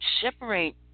separate